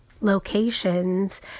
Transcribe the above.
locations